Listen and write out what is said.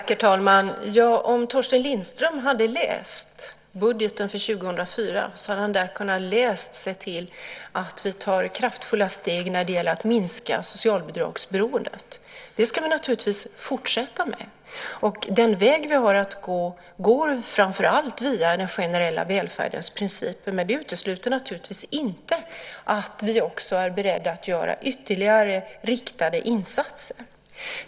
Herr talman! Om Torsten Lindström hade läst budgeten för 2004 hade han där kunnat se att vi tar kraftfulla steg när det gäller att minska socialbidragsberoendet. Det ska vi naturligtvis fortsätta med. Den väg som vi har att gå går framför allt via den generella välfärdens principer. Men det utesluter naturligtvis inte att vi också är beredda att göra ytterligare riktade insatser.